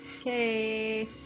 Okay